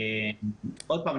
עוד הפעם,